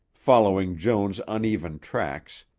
following joan's uneven tracks,